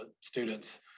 students